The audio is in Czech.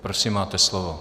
Prosím, máte slovo.